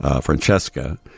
Francesca